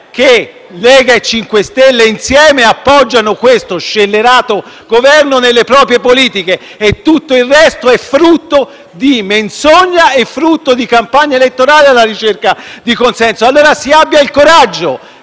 MoVimento 5 Stelle, insieme, appoggiano questo scellerato Governo nelle proprie politiche e che tutto il resto è frutto di menzogna e campagna elettorale alla ricerca di consenso. Si abbia allora il coraggio